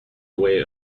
away